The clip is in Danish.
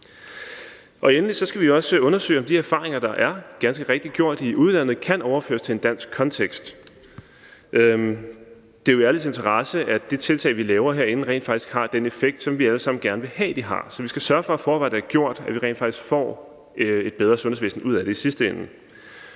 Endelig skal vi også undersøge, om de erfaringer, der ganske rigtigt er gjort i udlandet, kan overføres til en dansk kontekst. Det er jo i alles interesse, at de tiltag, vi laver herinde, rent faktisk har den effekt, som vi alle sammen gerne vil have de har. Så vi skal sørge for, at forarbejdet er gjort, at vi rent faktisk får et bedre sundhedsvæsen ud af det i sidste ende.